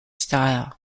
style